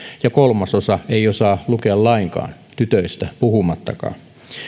ja kolmasosa ei osaa lukea lainkaan tytöistä puhumattakaan